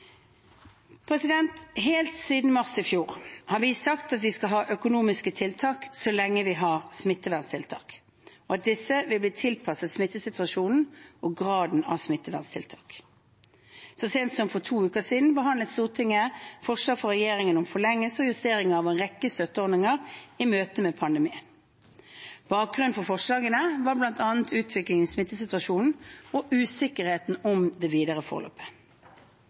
Helt siden mars i fjor har vi sagt at vi skal ha økonomiske tiltak så lenge vi har smitteverntiltak, og at disse vil bli tilpasset smittesituasjonen og graden av smitteverntiltak. Så sent som for to uker siden behandlet Stortinget forslag fra regjeringen om forlengelse og justering av en rekke støtteordninger i møte med pandemien. Bakgrunnen for forslagene var bl.a. utviklingen i smittesituasjonen og usikkerheten om det videre